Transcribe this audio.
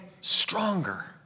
stronger